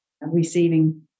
receiving